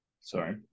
sorry